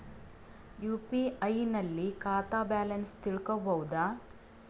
UPI ನಲ್ಲಿ ಖಾತಾ balance ತಿಳಕೊ ಬಹುದಾ?